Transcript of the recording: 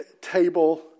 table